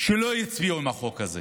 שלא יצביעו לחוק הזה,